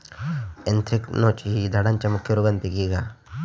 anthracnose ही झाडांच्या मुख्य रोगांपैकी एक हा